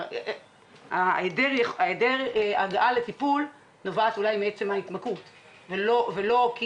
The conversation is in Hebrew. היעדר הגעה לטיפול נובעת מעצם ההתמכרות ולא כי